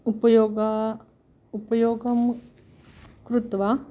उपयोगम् उपयोगं कृत्वा